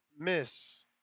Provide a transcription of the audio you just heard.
Miss